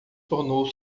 tornou